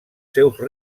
seus